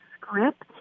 script